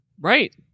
Right